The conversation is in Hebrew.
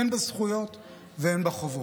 הן בזכויות והן בחובות.